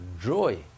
joy